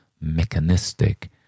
mechanistic